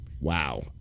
Wow